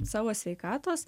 savo sveikatos